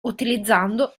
utilizzando